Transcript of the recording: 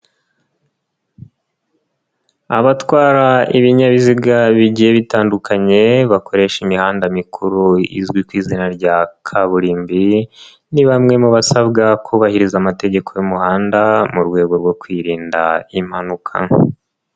Abatwara ibinyabiziga bigiye bitandukanye bakoresha imihanda mikuru izwi ku izina rya kaburimbo ni bamwe mu basabwa kubahiriza amategeko y'umuhanda mu rwego rwo kwirinda impanuka.